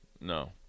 No